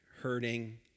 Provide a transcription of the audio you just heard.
hurting